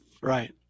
Right